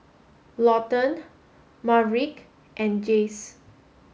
Lawton Maverick and Jayce